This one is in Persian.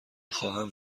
خواهم